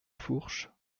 fourches